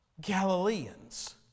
Galileans